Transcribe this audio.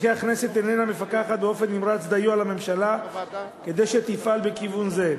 וכי הכנסת איננה מפקחת באופן נמרץ דיו על הממשלה כדי שתפעל בכיוון זה.